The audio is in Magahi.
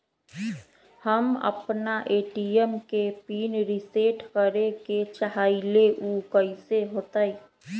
हम अपना ए.टी.एम के पिन रिसेट करे के चाहईले उ कईसे होतई?